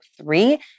three